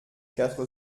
quatre